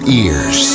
ears